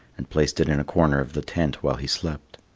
and placed it in a corner of the tent while he slept.